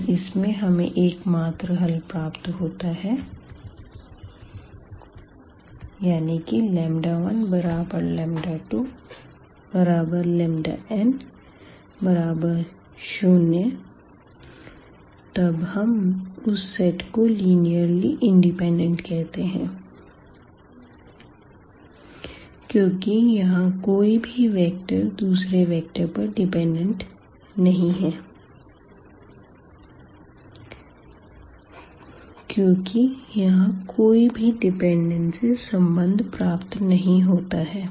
अगर इसमें हमें एकमात्र हल प्राप्त होता है 12n0तब हम उस सेट को लिनीअर्ली इंडिपेंडेंट कहते हैं क्योंकि यहां कोई भी वेक्टर दूसरे वेक्टर पर डिपेंडेंट नहीं है क्योंकि यहाँ कोई भी डिपेंडेंसी संबंध प्राप्त नहीं होता है